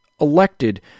elected